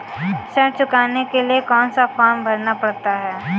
ऋण चुकाने के लिए कौन सा फॉर्म भरना पड़ता है?